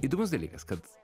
įdomus dalykas kad